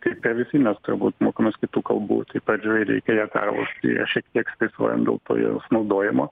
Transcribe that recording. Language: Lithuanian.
kaip ir visi mes turbūt mokomės kitų kalbų tai pradžioj reikia ją perlaužti ją šiek tiek stresuojam dėl to jos naudojimo